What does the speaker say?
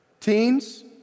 Teens